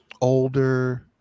older